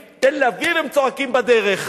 תל-אביב, תל-אביב", הם צועקים בדרך.